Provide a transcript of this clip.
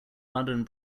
london